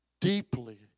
deeply